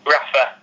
Rafa